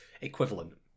equivalent